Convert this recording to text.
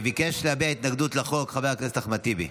ביקש להביע התנגדות לחוק חבר הכנסת אחמד טיבי.